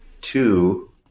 two